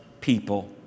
people